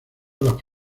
las